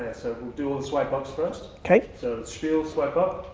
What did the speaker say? so we'll do all the swipe ups first, so spiel, swipe up,